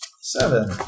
Seven